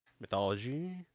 Mythology